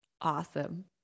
awesome